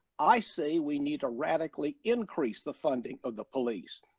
i say we need to radically increase the funding of the police.